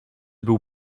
byl